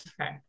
Okay